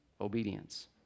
obedience